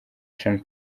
sean